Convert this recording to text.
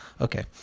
okay